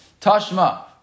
Tashma